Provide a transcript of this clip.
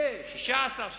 ל-17%-16%.